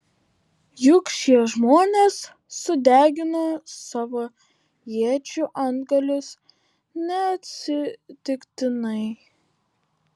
juk šie žmonės sudegino savo iečių antgalius neatsitiktinai